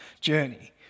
journey